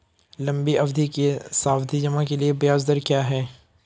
लंबी अवधि के सावधि जमा के लिए ब्याज दर क्या है?